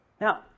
now